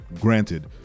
granted